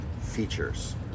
features